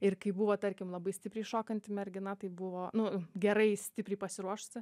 ir kai buvo tarkim labai stipriai šokanti mergina tai buvo nu gerai stipriai pasiruošusi